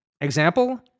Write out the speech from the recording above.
Example